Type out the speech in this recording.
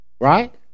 right